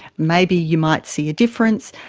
maybe you might see a difference,